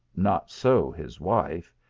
not so his wife.